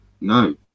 no